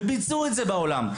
וביצעו את זה בעולם.